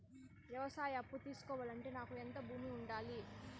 వ్యవసాయ అప్పు తీసుకోవాలంటే నాకు ఎంత భూమి ఉండాలి?